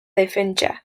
defentsa